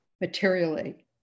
materially